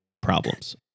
problems